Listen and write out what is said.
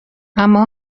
اما